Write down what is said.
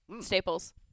Staples